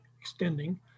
extending